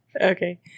okay